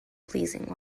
pleasing